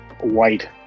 white